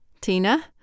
Tina